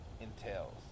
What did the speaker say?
entails